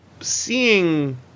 seeing